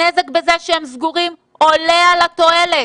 הנזק בזה שהם סגורים עולה על התועלת.